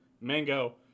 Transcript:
Mango